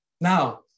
now